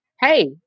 Hey